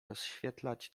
rozświetlać